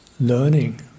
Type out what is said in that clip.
learning